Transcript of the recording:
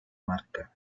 marca